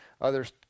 others